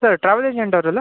sir travelling and ಅವರಲ್ಲ